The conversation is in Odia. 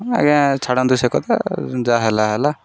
ଆଜ୍ଞା ଛାଡ଼ନ୍ତୁ ସେ କଥା ଯାହା ହେଲା ହେଲା